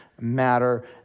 matter